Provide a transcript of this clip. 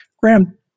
Graham